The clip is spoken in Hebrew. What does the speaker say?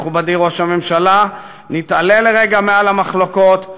מכובדי ראש הממשלה: נתעלה לרגע מעל המחלוקות,